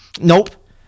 Nope